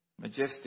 majestic